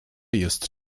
jest